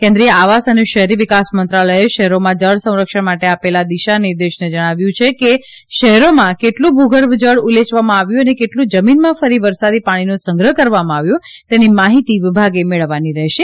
કેન્દ્રિય આવાસ અને શહેરી વિકાસ મંત્રાલયે શહેરોમાં જળ સંરક્ષણ માટે આપેલા દિશા નિર્દેશોનાં જણાવ્યું છે કે શહેરોમાં કેટલું ભૂગર્ભ જળ ઉલેચવામાં આવ્યું અને કેટલું જમીનમાં ફરી વરસાદી પાણીનો સંગ્રહ કરવામાં આવ્યો તેની માહિતી વિભાગે મેળવવાની રહેશે